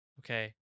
okay